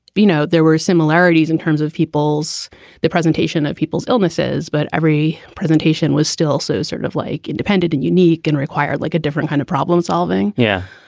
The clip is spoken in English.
you know, there were similarities in terms of people's the presentation of people's illnesses, but every presentation was still so sort of like independent and unique and required like a different kind of problem-solving. yeah.